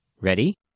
Ready